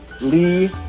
Lee